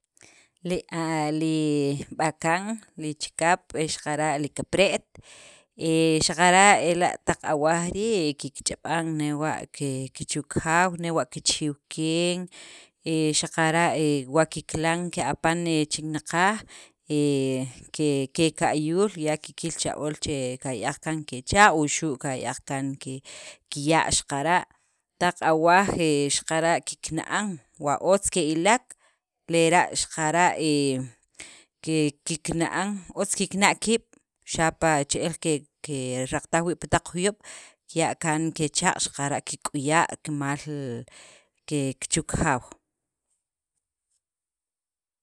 Li a, li b'akan, li chikap xaqara' li kipre't he xaqara' ela' taq awaj rii', kikch'ab'an newa' ke chu kajaw, newa' kichijiw keen, xaqara' wa kikilan ke'apan chinaqaj, he keka'yuul ya kikil cha ool che kaya'aq kaan kechaaq' wuxu' kaya'aq kaan kiya' xaqara', taq awaj he xaqara' ke kikna'an wa otz ke'ilek lera' xaqara' kikna'an, wa otz ke'ilek xaqara' kikna'an, otz kikna' kiib' xapa' che'el keraqtaj wii' pi taq juyob', kiya' kaan kechaaq' xaqara' kik'uya' kimal ke chu kajaaw.